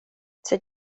sed